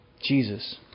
Jesus